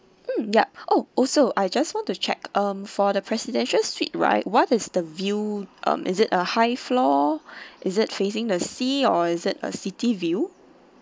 mm yup oh also I just want to check um for the presidential suite right what is the view um is it a high floor is it facing the sea or is it a city view